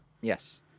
Yes